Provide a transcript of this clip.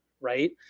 right